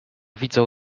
widzą